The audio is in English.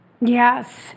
Yes